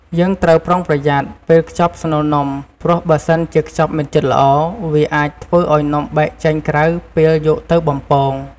យើងត្រូវប្រុងប្រយ័ត្នពេលខ្ចប់ស្នូលនំ ព្រោះបើសិនជាខ្ចប់មិនជិតល្អ វាអាចធ្វើឱ្យនំបែកចេញក្រៅពេលយកទៅបំពង។